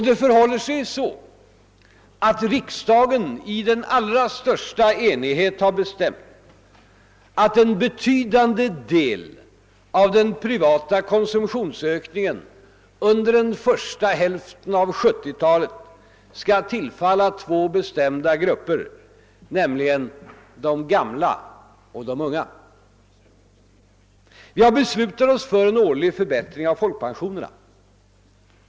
Det förhåller sig också så att riksdagen i den allra största enighet har bestämt att en betydande del av den privata konsumtionsökningen under den första hälften av 1970-talet skall tillfalla två bestämda grupper, nämligen de gamla och de unga. Vi har beslutat oss för en årlig förbättring av folkpensionerna.